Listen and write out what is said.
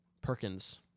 Perkins